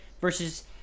versus